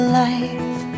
life